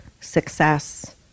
success